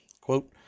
Quote